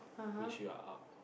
means you are out